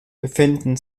befinden